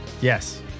Yes